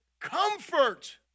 comfort